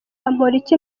bamporiki